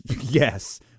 yes